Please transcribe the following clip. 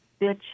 Bitch